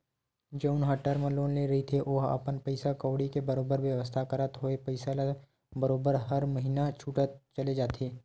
जउन ह term loan ले रहिथे ओहा अपन पइसा कउड़ी के बरोबर बेवस्था करत होय पइसा ल बरोबर हर महिना छूटत चले जाथे